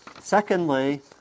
Secondly